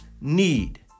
need